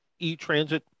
eTransit